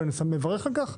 ואני מברך על כך,